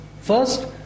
First